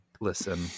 listen